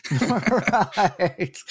Right